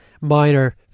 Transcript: minor